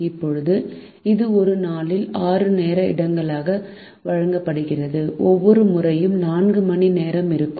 இப்போது இது ஒரு நாளில் 6 நேர இடங்களாக வழங்கப்படுகிறது ஒவ்வொரு முறையும் 4 மணி நேரம் இருக்கும்